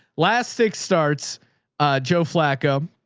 last six starts joe flacco.